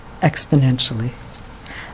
exponentially